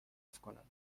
کنم